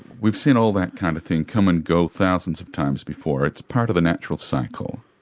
we've seen all that kind of thing come and go thousands of times before, it's part of a natural cycle.